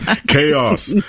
chaos